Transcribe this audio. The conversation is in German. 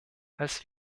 als